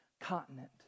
continent